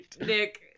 Nick